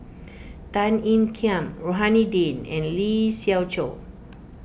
Tan Ean Kiam Rohani Din and Lee Siew Choh